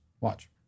Watch